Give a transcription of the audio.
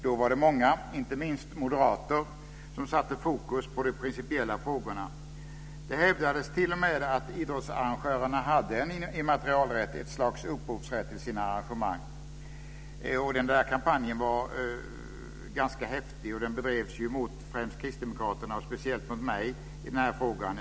Då var det många, inte minst moderater, som satte fokus på de principiella frågorna. Det hävdades t.o.m. att idrottsarrangörerna hade en immaterialrätt, ett slags upphovsrätt till sina arrangemang. Det bedrevs en ganska häftig kampanj mot Kristdemokraterna och speciellt mot mig i den här frågan.